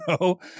No